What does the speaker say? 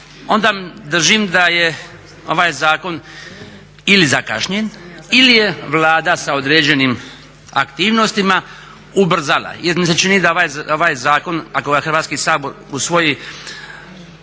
onda držim da je ovaj zakon ili zakašnjen ili je Vlada sa određenim aktivnostima ubrzala, jer mi se čini da ovaj zakon ako ga Hrvatski sabor usvoji